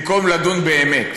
במקום לדון באמת